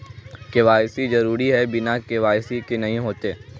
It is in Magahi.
के.वाई.सी जरुरी है बिना के.वाई.सी के नहीं होते?